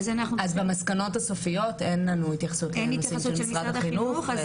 אז במסקנות הסופיות אין לנו התייחסות לנושאים של משרד החינוך.